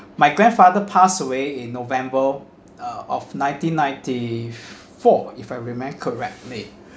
my grandfather pass away in november uh of nineteen ninety four if I remember correctly